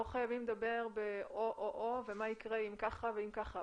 לא חייבים לדבר ב-או או ובמה יקרה אם ככה ואם ככה.